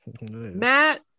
Matt